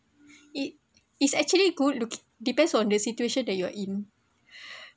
it is actually good look it depends on the situation that you are in